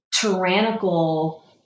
tyrannical